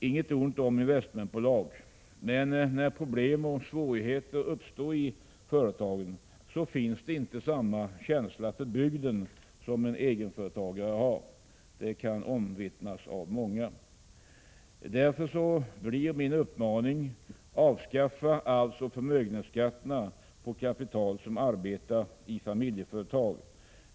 Inget ont om investmentbolag, men när problem och svårighet uppstår i företagen finns inte där samma känsla för bygden som en egenföretagare har — det kan omvittnas av många. Därför blir min uppmaning: Avskaffa arvsoch förmögenhetsskatterna på kapital som arbetar i familjeföretag!